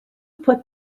put